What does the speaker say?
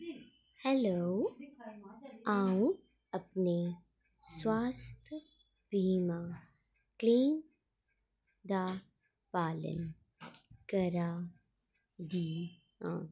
hello अं'ऊ अपने स्वास्थ्य बीमा दी दा पालन करा दी आं